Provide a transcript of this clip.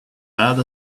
bad